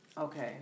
okay